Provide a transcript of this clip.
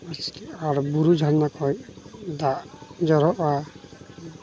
ᱟᱨ ᱡᱷᱟᱨᱱᱟ ᱠᱷᱚᱡ ᱫᱟᱜ ᱡᱚᱨᱚᱜᱼᱟ